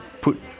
put